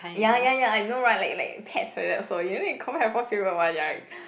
ya ya ya I know right like like pets like that so you need confirm have one favourite one right